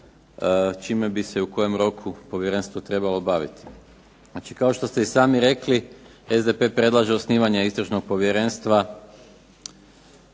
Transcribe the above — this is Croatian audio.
čime bi se, u kojem roku povjerenstvo trebalo baviti. Znači kao što ste i sami rekli SDP predlaže osnivanje istražnog povjerenstva